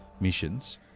missions